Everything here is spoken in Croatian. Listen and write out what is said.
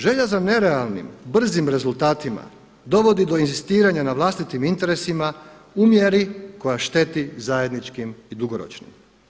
Želja za nerealnim, brzim rezultatima dovodi do inzistiranja na vlastitim interesima u mjeri koja šteti zajedničkim i dugoročnim.